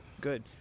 Good